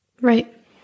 Right